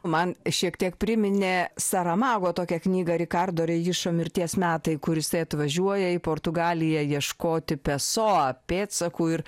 man šiek tiek priminė saramago tokią knygą rikardo rejišo mirties metai kur jisai atvažiuoja į portugaliją ieškoti pesoa pėdsakų ir